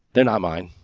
they're not mine.